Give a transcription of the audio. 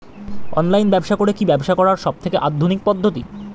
Online ব্যবসা করে কি ব্যবসা করার সবথেকে আধুনিক পদ্ধতি?